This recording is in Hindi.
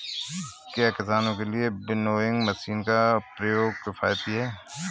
क्या किसानों के लिए विनोइंग मशीन का प्रयोग किफायती है?